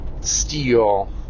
steel